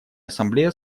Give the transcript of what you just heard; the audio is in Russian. ассамблея